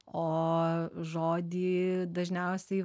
o žodį dažniausiai